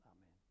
Amen